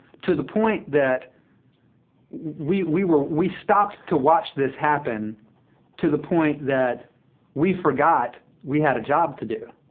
to the point that we we were we stopped to watch this happen to the point that we forgot we had a job to do.